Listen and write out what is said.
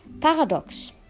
Paradox